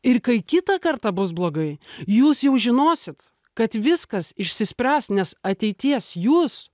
ir kai kitą kartą bus blogai jūs jau žinosit kad viskas išsispręs nes ateities jūs